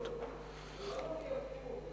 והן לא מגורשות.